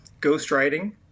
ghostwriting